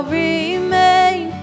remain